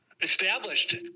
Established